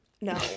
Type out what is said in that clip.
no